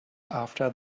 after